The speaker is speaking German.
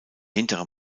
hintere